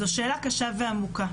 זו שאלה קשה ועמוקה.